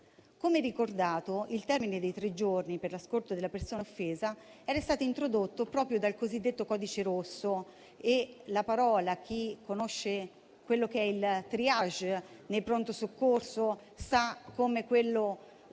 Come ricordato, il termine dei tre giorni per l'ascolto della persona offesa era stato introdotto proprio dal cosiddetto codice rosso e chi conosce il *triage* nei pronto soccorso sa che per